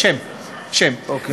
אוקיי.